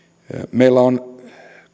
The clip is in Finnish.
meillä on